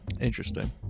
Interesting